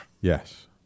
Yes